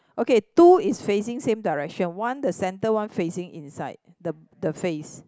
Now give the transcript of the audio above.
okay two is facing same direction one the centre one facing inside the the face